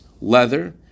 leather